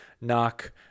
knock